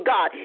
God